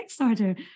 Kickstarter